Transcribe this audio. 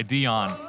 Dion